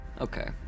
Okay